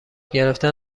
گرفتن